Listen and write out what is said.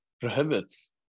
prohibits